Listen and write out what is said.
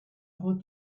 hold